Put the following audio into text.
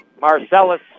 Marcellus